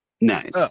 Nice